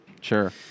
Sure